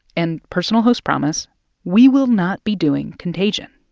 and personal host promise we will not be doing contagion.